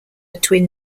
twin